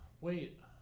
wait